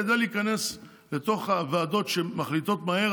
כדי להיכנס לתוך הוועדות שמחליטות מהר,